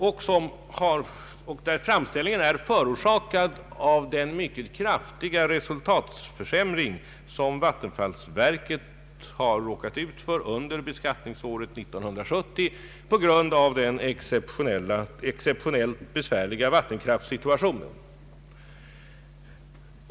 Denna framställning är orsakad av den mycket kraftiga resultatförsämring som vattenfallsverket har råkat ut för under beskattningsåret 1970, på grund av den exceptionellt besvärliga kraftsituationen.